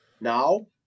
Now